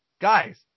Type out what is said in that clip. guys